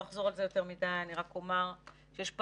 לא התייחסו לעניין הזה.